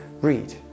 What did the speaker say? Read